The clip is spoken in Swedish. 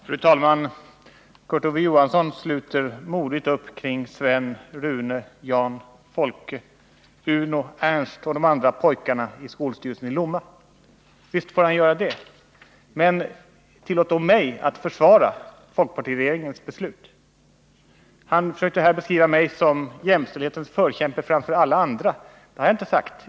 Fru talman! Kurt Ove Johansson sluter modigt upp kring Sven, Rune, Jan, Folke, Uno, Ernst och de andra pojkarna i skolstyrelsen i Lomma. Visst får han göra det, men tillåt då mig att sluta upp kring folkpartiregeringen. Kurt Ove Johansson påstår att jag här försökte beskriva mig som jämställdhetens förkämpe framför alla andra. Det har jag inte kallat mig.